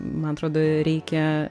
man atrodo reikia